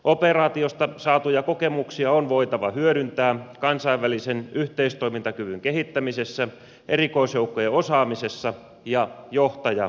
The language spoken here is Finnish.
operaatiosta saatuja kokemuksia on voitava hyödyntää kansainvälisen yhteistoimintakyvyn kehittämisessä erikoisjoukkojen osaamisessa ja johtajakoulutuksessa